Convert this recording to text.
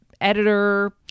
editor